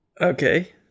okay